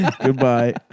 Goodbye